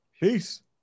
Peace